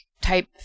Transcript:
type